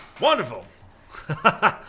Wonderful